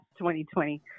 2020